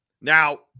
Now